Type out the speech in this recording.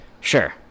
sure